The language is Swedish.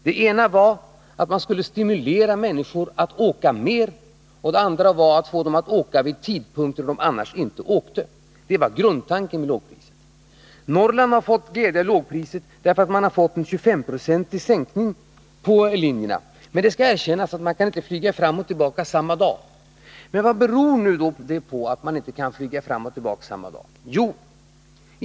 Det ena var att man skulle stimulera människor att åka mer, och det andra var att man skulle få dem att åka vid tidpunkter då de annars inte åkte. Detta var grundtanken med lågpriset. Norrland har fått glädje av lågpriset därför att man har fått en 25-procentig sänkning på linjerna. Men det skall erkännas att man inte kan flyga fram och tillbaka samma dag. Vad beror det på att man inte kan flyga fram och tillbaka på samma dag?